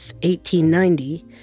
1890